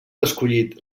escollit